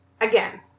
Again